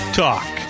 talk